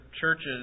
churches